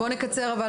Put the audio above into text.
בסופו של דבר